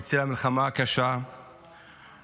בצל המלחמה הקשה שנמצאת